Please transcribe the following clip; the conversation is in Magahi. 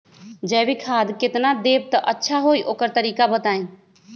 जैविक खाद केतना देब त अच्छा होइ ओकर तरीका बताई?